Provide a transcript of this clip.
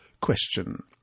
Question